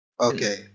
Okay